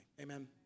amen